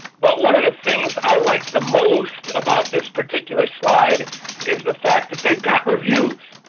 but one of the things i like the most about this particular slide is the fact that they've got reviews.